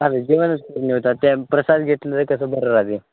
चालेल जेवणच नवतात ते प्रसाद घेतलं कसं बरं राहाते